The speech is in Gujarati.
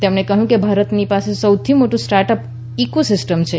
તેમણે કહ્યું કે ભારતની પાસે સૌથી મોટું સ્ટાર્ટ અપ ઇકો સિસ્ટમ છે